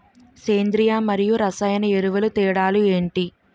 సేంద్రీయ మరియు రసాయన ఎరువుల తేడా లు ఏంటి?